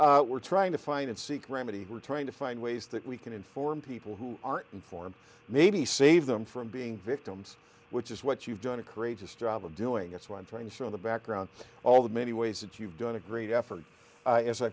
we're trying to find and seek remedy and we're trying to find ways that we can inform people who are informed maybe save them from being victims which is what you've done a courageous job of doing it so i'm trying to show the background all the many ways that you've done a great effort as i